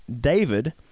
david